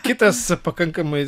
kitas pakankamai